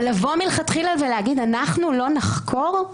אבל מלכתחילה לבוא ולהגיד: אנחנו לא נחקור?